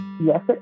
yes